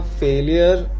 failure